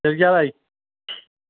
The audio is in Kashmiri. تیٚلہِ کیاہ لَگہِ